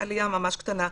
עלייה ממש קטנה,